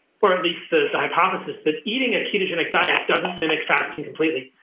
or at least the the hypothesis that eating a ketogenic diet doesn't mimic fasting completely.